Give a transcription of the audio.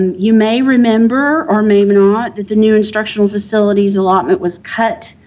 um you may remember or may may not that the new instructional facility's allotment was cut,